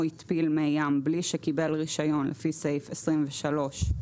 התפיל מי-ים בלי שקיבל רישיון לפי סעיף 23(א),